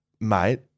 Mate